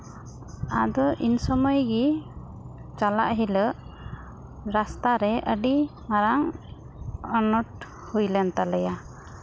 ᱟᱫᱚ ᱤᱱ ᱥᱚᱢᱚᱭ ᱜᱮ ᱪᱟᱞᱟᱜ ᱦᱤᱞᱟᱹᱜ ᱨᱟᱥᱛᱟ ᱨᱮ ᱟᱹᱰᱤ ᱢᱟᱨᱟᱝ ᱟᱱᱟᱴ ᱦᱩᱭ ᱞᱮᱱ ᱛᱟᱞᱮᱭᱟ